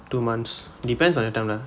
two months depends on your timeline